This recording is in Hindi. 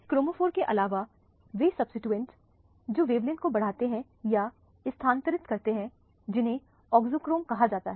क्रोमोफोरस के अलावा वे सब्सीट्यूएंट्स हैं जो वेवलेंथ को बढ़ाते हैं या स्थानांतरित करते हैं जिन्हें ऑक्सोक्रोम कहा जाता है